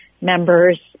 members